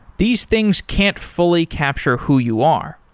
these things can't fully capture who you are.